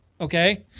okay